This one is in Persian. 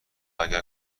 اگر